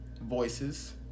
voices